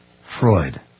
Freud